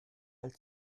als